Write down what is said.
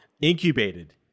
incubated